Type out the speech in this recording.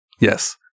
yes